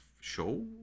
show